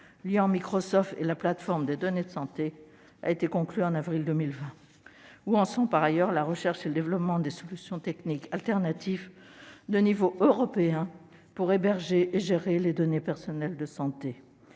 liant Microsoft et la plateforme des données de santé a été conclu en avril 2020. Où en sont, par ailleurs, la recherche et le développement des solutions techniques de substitution de niveau européen pour héberger et gérer les données personnelles de santé